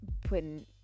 putting